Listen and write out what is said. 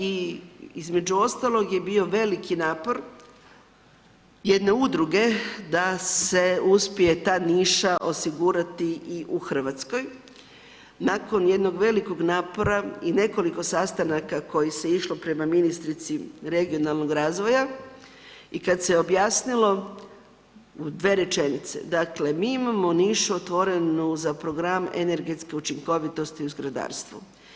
I između ostalog je bio veliki napor jedne udruge da se uspije ta niša osigurati i u Hrvatskoj. nakon jednog velikog napora i nekoliko sastanaka koji se išlo prema ministrici regionalnog razvoja i kad se objasnilo u 2 rečenice, dakle mi imamo nišu otvorenu za program energetske učinkovitosti u zgradarstvu.